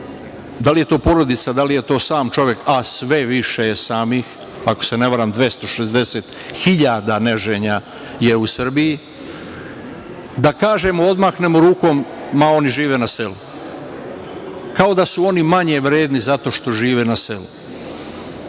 da li je to porodica, sam čovek, a sve više je samih, ako se ne varam, 260 hiljada neženja je u Srbiji, da kažemo, odmahnemo rukom - ma, oni žive na selu. Kao da su oni manje vredni zato što žive na selu. Hajde